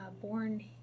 born